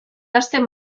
hasten